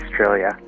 Australia